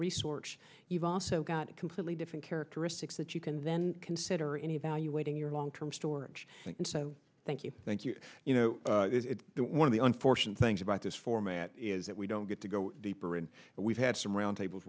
resource you've also got a completely different characteristics that you can then consider any valuating your long term storage and so thank you thank you you know one of the unfortunate things about this format is that we don't get to go deeper in but we've had some roundtable